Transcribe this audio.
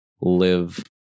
live